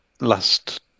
last